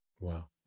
Wow